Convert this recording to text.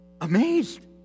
amazed